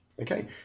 Okay